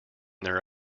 their